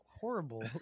horrible